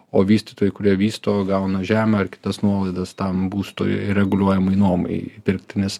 o vystytojai kurie vysto gauna žemę ir kitas nuolaidas tam būstui reguliuojamai nuomai pirkti nes